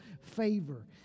favor